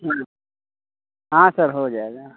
हाँ हाँ सर हो जाएगा